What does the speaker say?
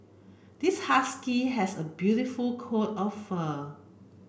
this husky has a beautiful coat of fur